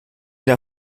der